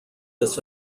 this